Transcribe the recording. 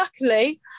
luckily